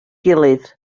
gilydd